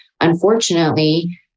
unfortunately